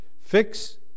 fix